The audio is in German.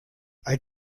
als